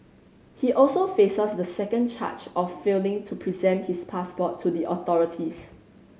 he also faces a second charge of failing to present his passport to the authorities